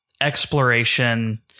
exploration